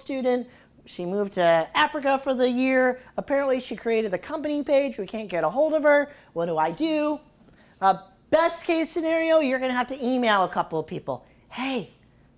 student she moved to africa for the year apparently she created the company page we can't get ahold of or what do i do best case scenario you're going to have to email a couple people hey